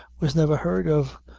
was never heard of.